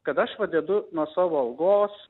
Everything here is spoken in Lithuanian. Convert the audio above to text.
kad aš va dedu nuo savo algos